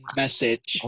message